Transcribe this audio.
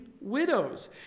widows